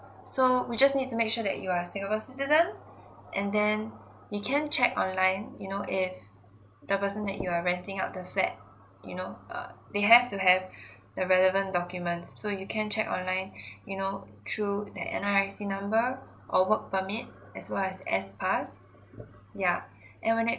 so we just need to make sure that you are singapore citizen and then you can check online you know if the person that you are renting out the flat you know uh they have to have the relevant documents so you can check online you know through their N_R_I_C number or work permit as well as S pass yeah and when it